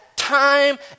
time